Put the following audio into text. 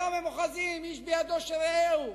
היום הם אוחזים איש בידו של רעהו,